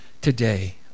today